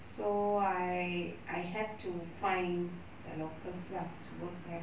so I I have to find the locals lah to work there